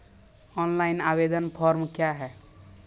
Online आवेदन form क्या हैं?